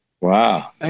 Wow